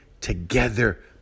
together